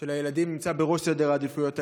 של הילדים נמצא בראש סדר העדיפויות הלאומי,